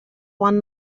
one